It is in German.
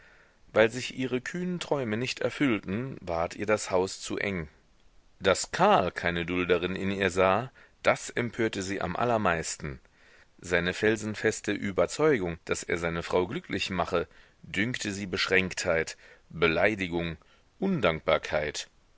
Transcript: weil sich ihre kühnen träume nicht erfüllten ward ihr das haus zu eng daß karl keine dulderin in ihr sah das empörte sie am allermeisten seine felsenfeste überzeugung daß er seine frau glücklich mache dünkte sie beschränktheit beleidigung undankbarkeit